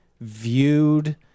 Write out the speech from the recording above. viewed